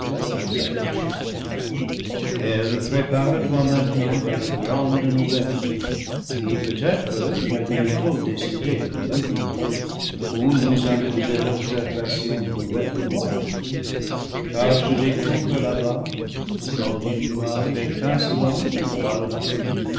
s'approchait eve prépare-toi maintenant à de grandes nouvelles qui peut-être vont bientôt décider de nous ou nous imposer l'ob servation de nouvelles lois car je découvre là-bas descendu du nuage étincelant qui voile la colline